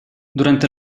durante